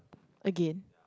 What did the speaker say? again